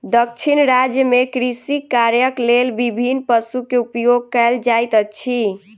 दक्षिण राज्य में कृषि कार्यक लेल विभिन्न पशु के उपयोग कयल जाइत अछि